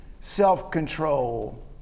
self-control